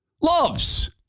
loves